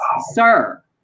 sir